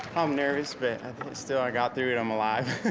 um nervous, but still i got through it, i'm alive.